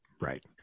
right